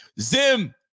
Zim